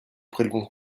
prélevons